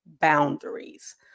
boundaries